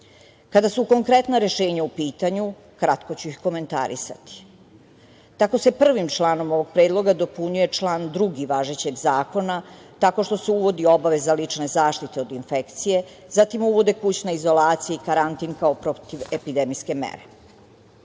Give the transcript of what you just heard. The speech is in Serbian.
su konkretna rešenja u pitanju kratko ću ih komentarisati. Tako se 1. članom ovog predloga dopunjuje 2. član važećeg zakona tako što se uvodi obaveza lične zaštite od infekcije, zatim uvode kućna izolacija i karantin kao protiv epidemijske mere. Ovde